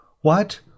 What